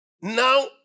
Now